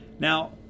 Now